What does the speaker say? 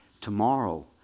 Tomorrow